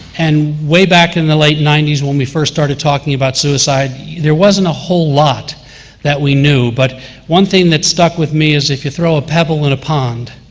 and way back in the late ninety s, when we first started talking about suicide, there wasn't a whole lot that we knew. but one thing that stuck with me is if you throw a pebble in a pond,